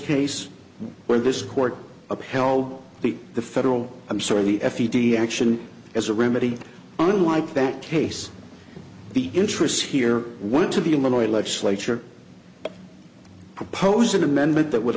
case where this court upheld the the federal i'm sorry the f e d s action as a remedy unlike that case the interests here want to be illinois legislature propose an amendment that w